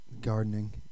Gardening